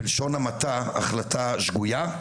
בלשון המעטה החלטה שגוייה,